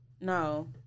No